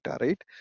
right